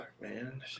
man